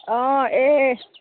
অঁ এই